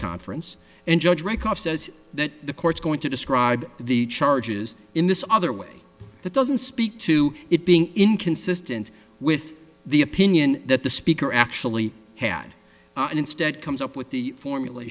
conference and judge records says that the court's going to describe the charges in this other way that doesn't speak to it being inconsistent with the opinion that the speaker actually had and instead comes up with the formula